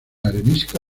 arenisca